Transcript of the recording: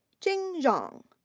quing zhang.